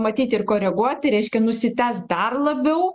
matyti ir koreguoti reiškia nusitęs dar labiau